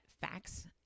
facts